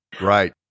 Right